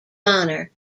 honour